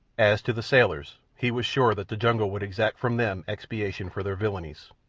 as to the sailors, he was sure that the jungle would exact from them expiation for their villainies,